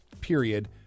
period